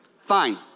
Fine